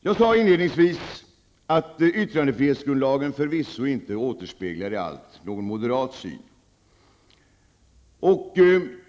Jag sade inledningsvis att yttrandefrihetsgrundlagen förvisso inte återspeglar i allt någon moderat syn.